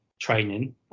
training